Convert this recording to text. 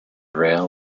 rail